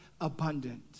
abundant